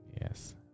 Yes